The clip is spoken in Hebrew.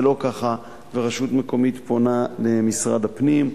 זה לא ככה, ורשות מקומית פונה למשרד הפנים,